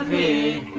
a